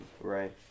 Right